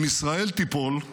אם ישראל תיפול,